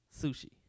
sushi